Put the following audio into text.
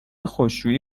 خشکشویی